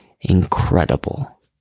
incredible